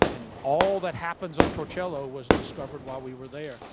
and all that happens on torcello was discovered while we were there.